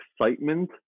excitement